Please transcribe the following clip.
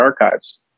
archives